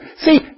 See